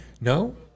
No